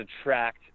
attract